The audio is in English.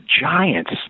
giants